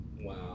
Wow